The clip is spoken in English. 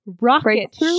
rocket